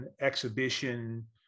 exhibition